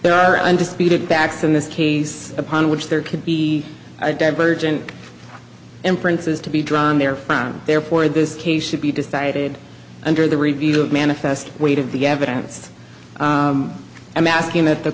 there are undisputed facts in this case upon which there could be divergent inferences to be drawn there found therefore this case should be decided under the review of manifest weight of the evidence i'm asking